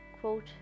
quote